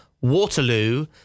Waterloo